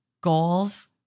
goals